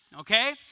okay